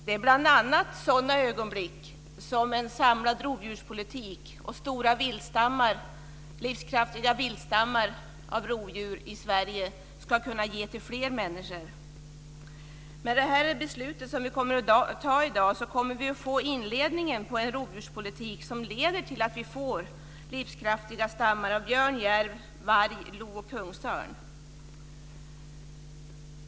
Det är bl.a. sådana ögonblick som en samlad rovdjurspolitik och stora viltstammar, livskraftiga viltstammar av rovdjur i Sverige ska kunna ge till fler människor. Med det beslut som vi kommer att fatta i dag kommer vi att få inledningen på en rovdjurspolitik som leder till att vi får livskraftiga stammar av björn, järv, varg, lo och kungsörn.